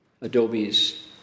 Adobe's